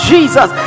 Jesus